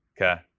Okay